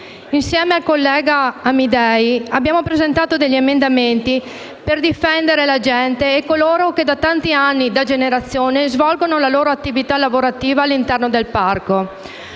Insieme al collega Amidei ho presentato degli emendamenti per difendere la gente e coloro che da tanti anni, da generazioni, svolgono la propria attività lavorativa all’interno del Parco.